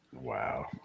Wow